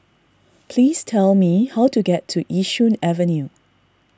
please tell me how to get to Yishun Avenue